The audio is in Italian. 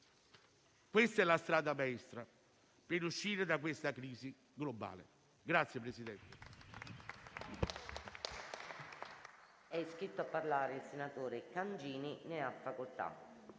Questa è la strada maestra per uscire da questa crisi globale.